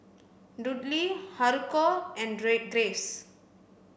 Dudley Haruko and G